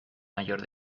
mayor